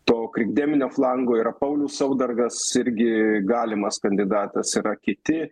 to krikdeminio flango yra paulius saudargas irgi galimas kandidatas yra kiti